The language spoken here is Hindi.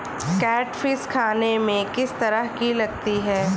कैटफिश खाने में किस तरह की लगती है?